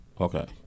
okay